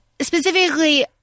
specifically